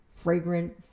fragrant